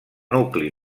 nucli